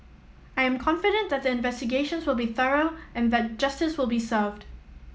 I am confident that the investigations will be thorough and that justice will be served